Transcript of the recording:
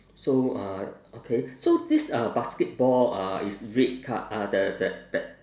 so uh okay so this uh basketball uh is red col~ uh the the that